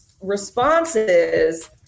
responses